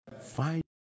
Find